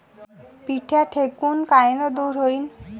पिढ्या ढेकूण कायनं दूर होईन?